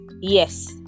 Yes